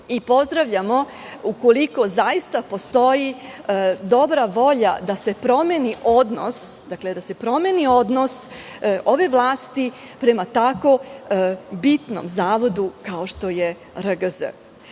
i pozdravljamo ukoliko zaista postoji dobra volja da se promeni odnos ove vlasti prema tako bitnom zavodu kao što je